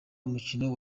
umukino